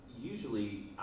usually